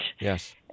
Yes